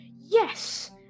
yes